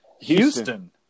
Houston